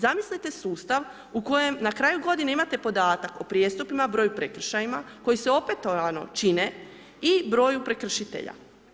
Zamislite sustav u kojem na kraju godine imate podatak o prijestupima, broju prekršaja koji se opetovano čine i broju prekršitelja.